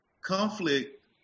conflict